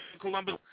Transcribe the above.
Columbus